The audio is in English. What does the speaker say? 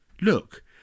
look